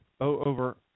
over